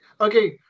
okay